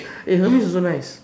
eh Hermes also nice